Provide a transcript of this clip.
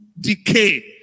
decay